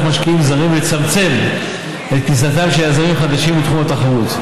משקיעים זרים ולצמצם את כניסתם של יזמים חדשים לתחום הבנקאות,